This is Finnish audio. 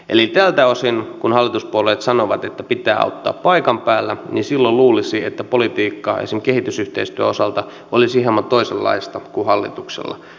eli tältä osin kun hallituspuolueet sanovat että pitää auttaa paikan päällä silloin luulisi että politiikka esimerkiksi kehitysyhteistyön osalta olisi hieman toisenlaista kuin hallituksella nyt on